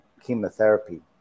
chemotherapy